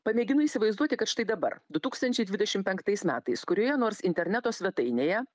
pamėginu įsivaizduoti kad štai dabar du tūkstančiai dvidešimt penktais metais kurioje nors interneto svetainėje